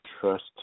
trust